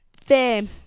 Fame